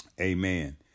Amen